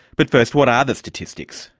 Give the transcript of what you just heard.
but first, what are the statistics?